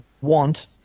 want